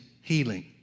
healing